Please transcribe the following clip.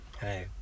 hey